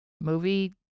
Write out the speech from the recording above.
movie